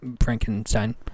Frankenstein